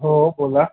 हो बोला